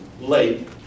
late